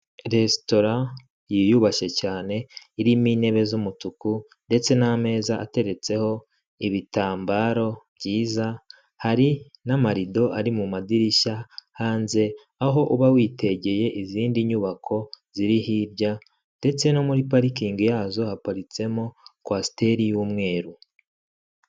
Resitora yiyubashye cyane irimo intebe z'umutuku ndetse n'ameza ateretseho ibitambaro byiza. Hari n'amarido ari mu madirishya hanze aho uba witegeye izindi nyubako ziri hirya ndetse no muri parikingi yazo haparitsemo kwasiteri y'umweru.